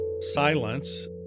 silence